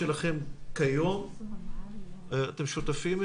ההערכה שלכם כיום מדברת